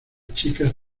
chicas